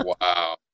Wow